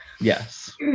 yes